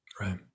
Right